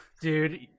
Dude